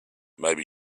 maybe